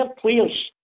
players